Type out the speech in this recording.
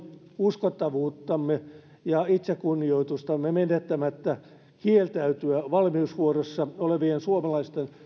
uskottavuuttamme ja itsekunnioitustamme menettämättä kieltäytyä valmiusvuorossa olevien suomalaisten